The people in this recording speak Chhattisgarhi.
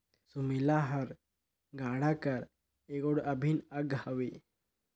सुमेला हर गाड़ा कर एगोट अभिन अग हवे